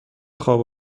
خواب